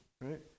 right